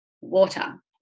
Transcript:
water